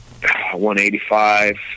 185